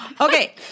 Okay